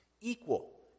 equal